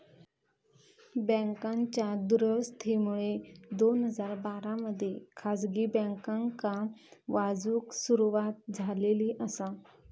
बँकांच्या दुरावस्थेमुळे दोन हजार बारा मध्ये खासगी बँकांका वाचवूक सुरवात झालेली आसा